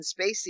Spacey